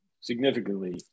significantly